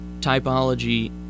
typology